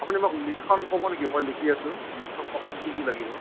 আপুনি মোক লিষ্টখন ক'ব নেকি মই লিখি আছোঁ লিষ্টখন কওকচোন কি কি লাগিব